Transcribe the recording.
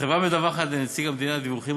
החברה מדווחת לנציגי המדינה דיווחים